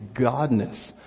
godness